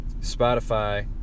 Spotify